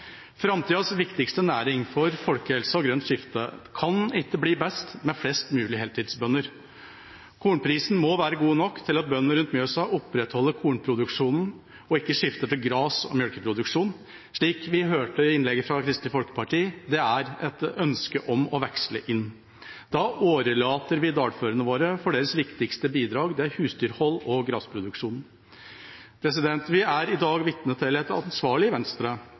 Framtidas viktigste næring for folkehelsa og grønt skifte kan ikke bli best med flest mulig heltidsbønder. Kornprisen må være god nok til at bøndene rundt Mjøsa opprettholder kornproduksjonen og ikke skifter til gress- og melkeproduksjon, slik vi hørte i innlegget fra Kristelig Folkeparti. Det er et ønske om å veksle inn. Da årelater vi dalførene våre for deres viktigste bidrag; husdyrhold og gressproduksjon. Vi er i dag vitne til et ansvarlig Venstre